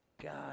God